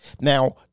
Now